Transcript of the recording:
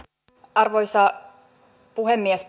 arvoisa puhemies